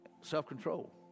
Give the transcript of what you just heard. self-control